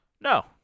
No